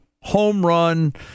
home-run